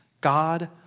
God